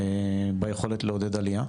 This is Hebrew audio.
ביכולת לעודד עלייה,